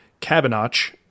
Cabinotch